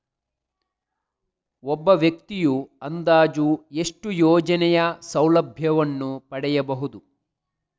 ಒಬ್ಬ ವ್ಯಕ್ತಿಯು ಅಂದಾಜು ಎಷ್ಟು ಯೋಜನೆಯ ಸೌಲಭ್ಯವನ್ನು ಪಡೆಯಬಹುದು?